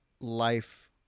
life